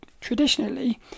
traditionally